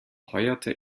heuerte